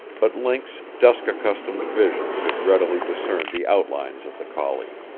but link's dusk-accustomed vision could readily discern the outlines of the collie.